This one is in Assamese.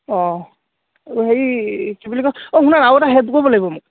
অঁ আৰু হেৰি কি বুলি কয় অঁ শুনানা আৰু এটা হেল্প কৰিব লাগিব মোক